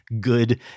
good